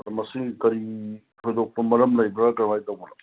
ꯑꯗꯨ ꯃꯁꯤ ꯀꯔꯤ ꯊꯣꯏꯗꯣꯛꯄ ꯃꯔꯝ ꯂꯩꯕ꯭ꯔꯥ ꯀꯃꯥꯏꯅ ꯇꯧꯕꯅꯣ